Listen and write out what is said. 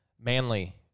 Manly